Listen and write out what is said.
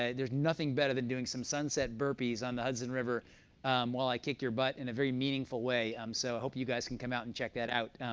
ah there's nothing better than doing some sunset burpees on the hudson river while i kick your butt in a very meaningful way, um so i hope you guys can come out and check that out.